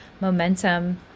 momentum